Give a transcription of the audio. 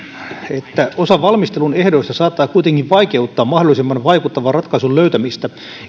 osa valmistelun ehdoista saattaa kuitenkin vaikeuttaa mahdollisimman vaikuttavan ratkaisun löytämistä